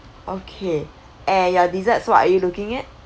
okay and your deserts what are you looking at